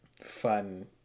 fun